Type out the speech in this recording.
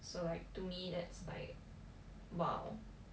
so like to me that's like !wow!